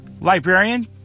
librarian